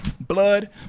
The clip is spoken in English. blood